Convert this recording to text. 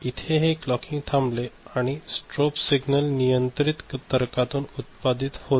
इथे हे क्लॉकिंग थांबले आणि स्ट्रोब सिग्नल हे नियंत्रित तर्कांतून उत्पादित होत